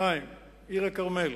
עיר-הכרמל: